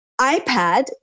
iPad